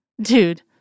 Dude